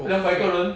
okay